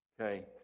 okay